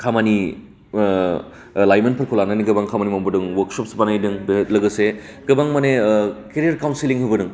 खामानि ओ लाइमोनफोरखौ लानानै गोबां खामानि मावबोदों अवर्कशप बानायदों लोगोसे गोबां माने ओ केरियार काउन्सेलिं होबोदों